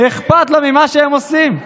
אכפת לו ממה שהם עושים.